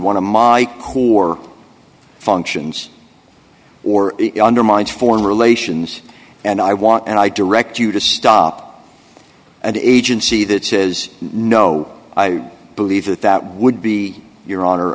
one of my core functions or undermines foreign relations and i want and i direct you to stop and agency that says no i believe that that would be your honor